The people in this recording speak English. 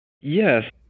Yes